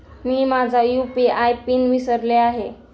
मी माझा UPI PIN विसरले आहे